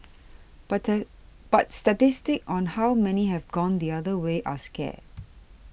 but but statistics on how many have gone the other way are scarce